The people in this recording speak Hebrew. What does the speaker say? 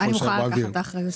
אני מוכנה לקחת את האחריות.